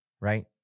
right